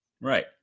Right